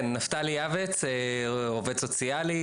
אני עובד סוציאלי,